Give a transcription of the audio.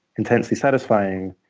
intensely satisfying.